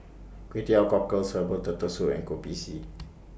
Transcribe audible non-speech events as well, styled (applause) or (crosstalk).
Kway Teow Cockles Herbal Turtle Soup and Kopi C (noise)